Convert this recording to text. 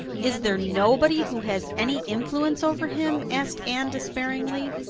is there nobody who has any influence over him? asked anne despairingly.